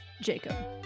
jacob